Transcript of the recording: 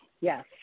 Yes